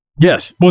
Yes